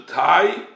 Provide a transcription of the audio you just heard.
tie